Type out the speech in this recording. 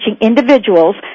individuals